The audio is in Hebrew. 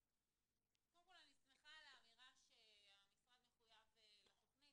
קודם כל אני שמחה על האמירה שהמשרד מחויב לתוכנית.